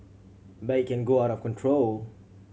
but it can go out of control